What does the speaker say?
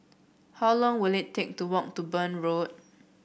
how long will it take to walk to Burn Road